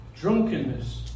drunkenness